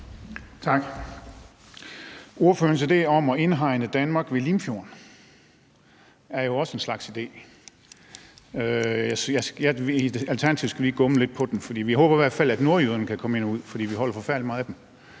Tak. Ordførerens idé om at indhegne Danmark ved Limfjorden er jo også en slags idé; i Alternativet skal vi lige gumle lidt på den. Vi håber i hvert fald, at nordjyderne kan komme ind og ud, for vi holder forfærdelig meget af dem.